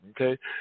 okay